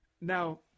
Now